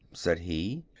said he,